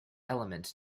element